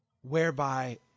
whereby